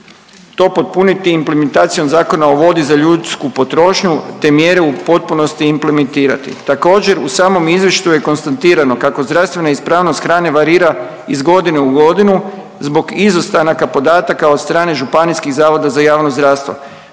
to potpuniti implementacijom Zakona o vodi za ljudsku potrošnju, te mjere u potpunosti implementirati. Također u samom izvještaju je konstatirano kako zdravstvena ispravnost hrane varira iz godine u godinu zbog izostanaka podataka od strane Županijskih zavoda za javno zdravstvo.